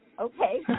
okay